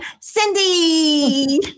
Cindy